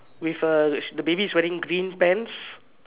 with a the baby is wearing green pants